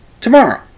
tomorrow